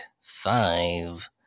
five